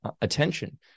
attention